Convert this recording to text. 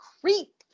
creep